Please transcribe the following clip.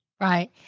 Right